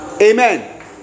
Amen